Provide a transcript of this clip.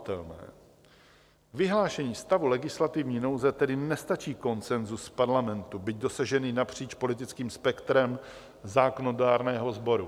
K vyhlášení stavu legislativní nouze tedy nestačí konsenzus v parlamentu, byť dosažený napříč politickým spektrem zákonodárného sboru.